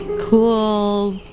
cool